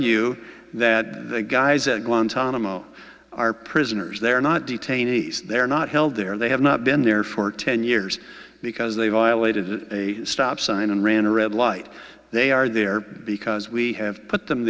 you that the guys at guantanamo are prisoners they're not detainees they're not held there they have not been there for ten years because they violated a stop sign and ran a red light they are there because we have put them